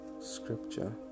scripture